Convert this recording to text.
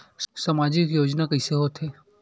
सामजिक योजना कइसे होथे?